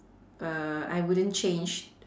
err I wouldn't change